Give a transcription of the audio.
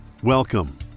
Welcome